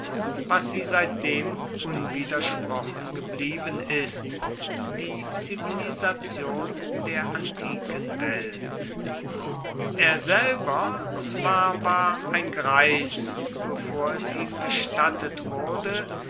was sie seitdem unwidersprochen geblieben ist die zivilisation der antiken welt er selber zwar war ein greis bevor es ihm gestattet wurde